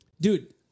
dude